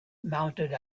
mounted